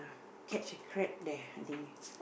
catch a crab there I think